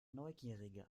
neugierige